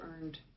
earned